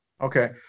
Okay